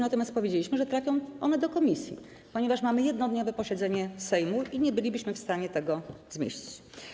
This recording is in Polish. Natomiast powiedzieliśmy, że trafią one do komisji, ponieważ mamy jednodniowe posiedzenie Sejmu i nie bylibyśmy w stanie tego zmieścić.